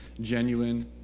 genuine